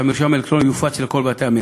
שהמרשם האלקטרוני יופץ לכל בתי-המרקחת.